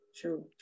True